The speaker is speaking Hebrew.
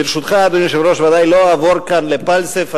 ברשותך, אדוני היושב-ראש, לא אעבור כאן לפלסף.